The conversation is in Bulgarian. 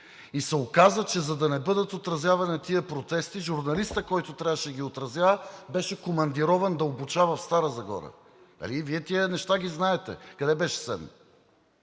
и се оказа, че за да не бъдат отразявани тези протести, журналистът, който трябваше да ги отразява, беше командирован да обучава в Стара Загора?! Нали Вие тези неща ги знаете? Къде беше СЕМ?